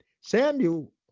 Samuel